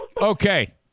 Okay